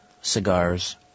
cigars